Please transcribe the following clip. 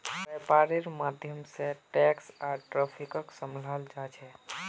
वैपार्र माध्यम से टैक्स आर ट्रैफिकक सम्भलाल जा छे